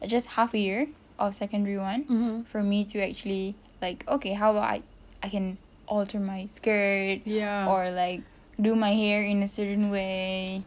just half a year of secondary one for me to actually like okay how do I I can alter my skirt or like do my hair in a certain way